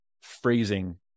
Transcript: phrasing